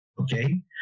okay